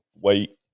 Wait